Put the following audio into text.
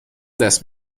دست